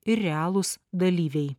ir realūs dalyviai